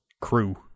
crew